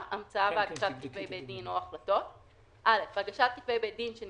המצאה והגשת כתבי בי-דין או החלטות 4.(א)הגשת כתבי